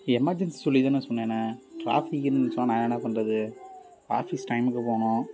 எமெர்ஜென்சினு சொல்லி தானே சொன்னேண்ண டிராஃபிக்னு நான் என்ன பண்ணுறது ஆஃபீஸ் டைமுக்கு போகணும்